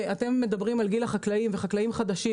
אתם מדברים על גיל החקלאים ולחקלאים חדשים,